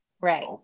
right